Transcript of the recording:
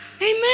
Amen